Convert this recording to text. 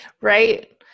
Right